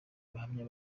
abahamya